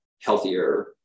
healthier